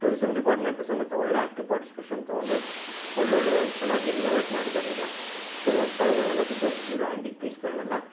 tourism department ಸಮೇತ ಒಳ್ಳೆ active participation ತೊಗೊಂಡು ಒಳ್ಳೊಳ್ಳೆ ಚೆನ್ನಾಗಿ ರಿನೊವೇಟ್ ಮಾಡಿದ್ದಾರೀಗ ಕೆಲವೊಂದು ಸ್ಥಳಗಳನೆಲ್ಲ ಬಿದ್ದೋಗ್ತಿದ್ದಿದ್ದು ಆಂಟಿಕ್ ಪೀಸ್ಗಳನೆಲ್ಲ